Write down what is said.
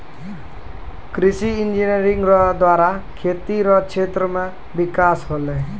कृषि इंजीनियरिंग रो द्वारा खेती रो क्षेत्र मे बिकास होलै